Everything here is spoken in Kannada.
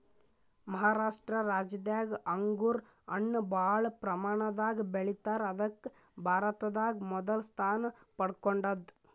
ಮಹಾರಾಷ್ಟ ರಾಜ್ಯದಾಗ್ ಅಂಗೂರ್ ಹಣ್ಣ್ ಭಾಳ್ ಪ್ರಮಾಣದಾಗ್ ಬೆಳಿತಾರ್ ಅದಕ್ಕ್ ಭಾರತದಾಗ್ ಮೊದಲ್ ಸ್ಥಾನ ಪಡ್ಕೊಂಡದ್